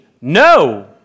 no